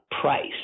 price